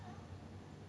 with ikan bilis lor